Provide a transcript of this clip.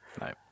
No